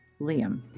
Liam